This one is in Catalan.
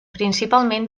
principalment